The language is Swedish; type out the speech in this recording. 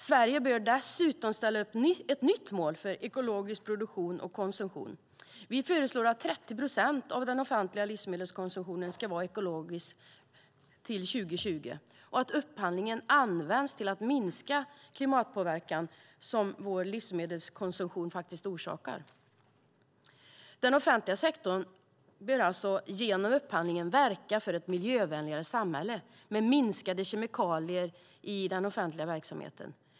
Sverige bör dessutom ställa upp ett nytt mål för ekologisk produktion och konsumtion. Vi föreslår att 30 procent av den offentliga livsmedelskonsumtionen ska vara ekologisk till 2020 och att upphandlingen ska användas till att minska den klimatpåverkan som vår livsmedelskonsumtion faktiskt orsakar. Den offentliga sektorn bör alltså genom upphandlingen verka för ett miljövänligare samhälle med minskade kemikalier i den offentliga verksamheten.